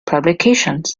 publications